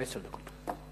עשר דקות.